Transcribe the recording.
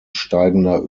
steigender